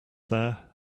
there